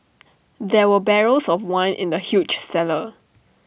there were barrels of wine in the huge cellar